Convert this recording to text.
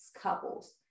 couples